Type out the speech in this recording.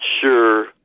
sure